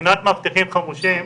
מבחינת מאבטחים חמושים,